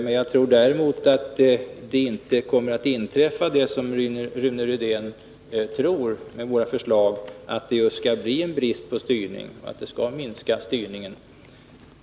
I motsats till Rune Rydén tror jag inte att våra förslag skulle leda till att det just blir en brist på styrning eller en minskad styrning.